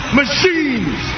machines